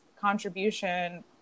contribution